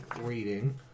reading